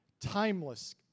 timeless